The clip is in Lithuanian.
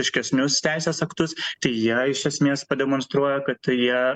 aiškesnius teisės aktus tai jie iš esmės pademonstruoja kad jie